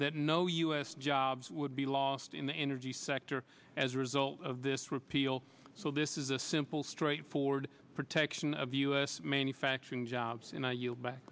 that no u s jobs would be lost in the energy sector as a result of this repeal so this is a simple straightforward protection of u s manufacturing jobs and i yield back